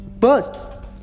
first